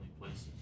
places